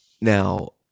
Now